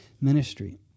ministry